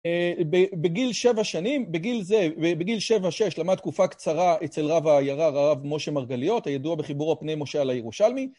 בגיל שבע שנים, בגיל זה, בגיל שבע, שש, למד תקופה קצרה אצל רב העיירה, הרב משה מרגליות, הידוע בחיבורו "פני משה על הירושלמי".